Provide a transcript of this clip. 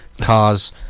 cars